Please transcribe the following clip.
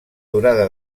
durada